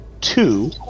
two